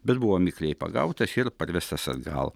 bet buvo mikliai pagautas ir parvestas atgal